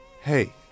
Hey